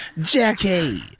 Jackie